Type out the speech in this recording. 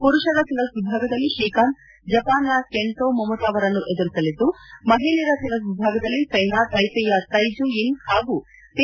ಪುರುಷರ ಸಿಂಗಲ್ಪ್ ವಿಭಾಗದಲ್ಲಿ ಶ್ರೀಕಾಂತ್ ಜಪಾನ್ನ ಕೆಂಟೊ ಮೊಮಟ ಅವರನ್ನು ಎದುರಸಲಿದ್ದು ಮಹಿಳೆಯರ ಸಿಂಗಲ್ಪ್ ವಿಭಾಗದಲ್ಲಿ ಸೈನಾ ತೈಪೆಯ ತೈ ಜು ಯಿಂಗ್ ಹಾಗೂ ಪಿ